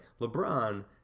LeBron